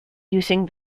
using